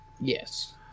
Yes